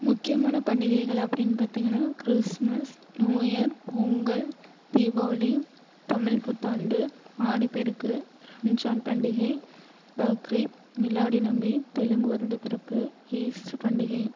முக்கியமான பண்டிகைகள் அப்படினு பார்த்தீங்கனா கிறிஸ்மஸ் நியூயர் பொங்கல் தீபாவளி தமிழ் புத்தாண்டு ஆடிப்பெருக்கு ரம்ஜான் பண்டிகை பக்ரீத் மிலாடி நபி தெலுங்கு வருடப்பிறப்பு ஈஸ்டர் பண்டிகை